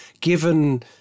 given